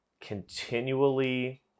continually